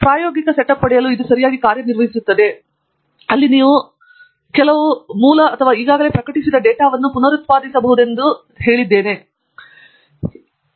ಪ್ರಾಯೋಗಿಕ ಸೆಟಪ್ ಪಡೆಯಲು ಇದು ಸರಿಯಾಗಿ ಕಾರ್ಯನಿರ್ವಹಿಸುತ್ತಿದೆ ಅಲ್ಲಿ ನೀವು ಕೆಲವು ಮೂಲ ಕೆಲವು ಈಗಾಗಲೇ ಪ್ರಕಟಿಸಿದ ಡೇಟಾವನ್ನು ಪುನರುತ್ಪಾದಿಸಬಹುದೆಂದು ನಾವು ಹೇಳಿದಾಗ ನೀವು ತಿಳಿದಿರುವಿರಿ